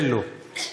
זה, לא.